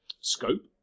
scope